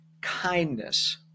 kindness